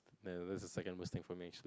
man that's the second worst thing information